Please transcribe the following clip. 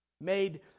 Made